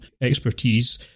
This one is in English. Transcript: expertise